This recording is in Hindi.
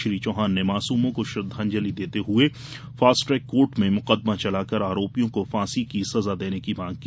श्री चौहान ने मासूमों को श्रद्वांजलि देते हुए फास्ट ट्रैक कोर्ट में मुकदमा चलाकर आरोपियों को फांसी की सजा देने की मांग की